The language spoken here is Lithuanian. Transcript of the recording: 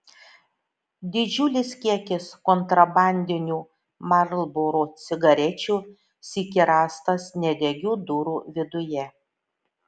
didžiulis kiekis kontrabandinių marlboro cigarečių sykį rastas nedegių durų viduje